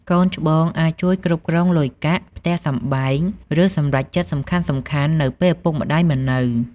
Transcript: កូនច្បងអាចជួយគ្រប់គ្រងលុយកាក់ ផ្ទះសម្បែង ឬសម្រេចចិត្តសំខាន់ៗ នៅពេលឪពុកម្តាយមិននៅ។